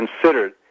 considered